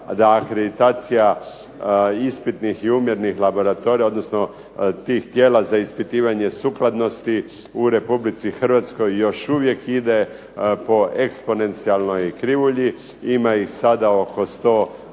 je akreditacija ispitnih i umjetnih laboratorija, odnosno tih tijela za ispitivanje sukladnosti u Republici Hrvatskoj još uvijek ide po eksponencijalnoj krivulji. Ima ih sada oko 170 što